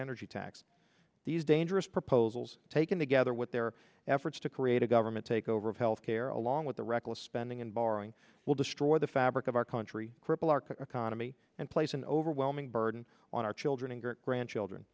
energy tax these dangerous proposals taken together with their efforts to create a government takeover of health care along with the reckless spending and borrowing will destroy the fabric of our country cripple our condo me and place an overwhelming burden on our children and grandchildren